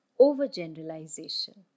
Overgeneralization